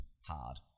hard